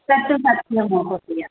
तत्तु सत्यं महोदय